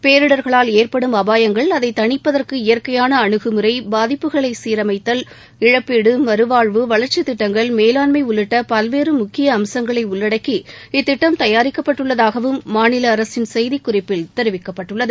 பேரிடர்களால் ஏற்படும் அபாயங்கள் இயற்கையானஅணுகுமுறை அதைதணிப்பதற்கு பாதிப்புகளைசீரமைத்தல் இழப்பீடு மறவாழ்வு வளர்ச்சித்திட்டங்கள் மேலாண்மைஉள்ளிட்டபல்வேறுமுக்கியஅம்சங்களைஉள்ளடக்கி இத்திட்டம் தயாரிக்கப்பட்டுள்ளதாகவும் மாநிலஅரசின் செய்திக்குறிப்பில் தெரிவிக்கப்பட்டுள்ளது